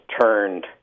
turned